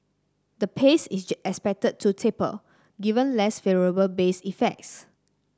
the pace is expected to taper given less favourable base effects